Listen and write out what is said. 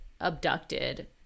abducted